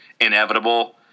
inevitable